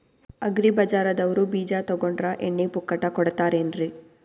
Agri ಬಜಾರದವ್ರು ಬೀಜ ತೊಗೊಂಡ್ರ ಎಣ್ಣಿ ಪುಕ್ಕಟ ಕೋಡತಾರೆನ್ರಿ?